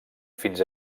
fins